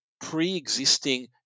pre-existing